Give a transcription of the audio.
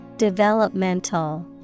Developmental